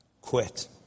quit